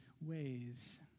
ways